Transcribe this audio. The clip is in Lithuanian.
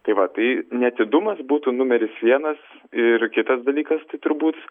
tai va tai neatidumas būtų numeris vienas ir kitas dalykas tai turbūt